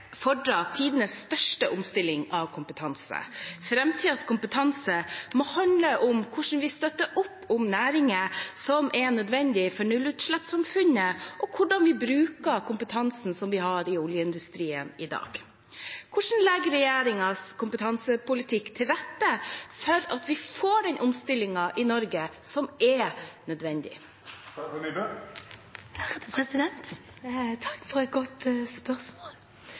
støtter opp om næringer som er nødvendige for nullutslippssamfunnet, og hvordan vi bruker kompetansen som er i oljeindustrien i dag. Hvordan legger regjeringens kompetansepolitikk til rette for at vi får til den omstillingen i Norge som er nødvendig?» Takk for et godt spørsmål.